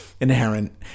inherent